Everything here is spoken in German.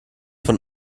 von